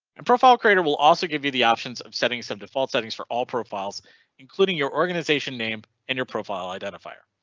and profile creator will also give you the options of setting set default settings for all profiles including your organization name in your profile identifier.